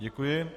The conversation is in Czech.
Děkuji.